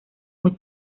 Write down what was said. muy